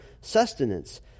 sustenance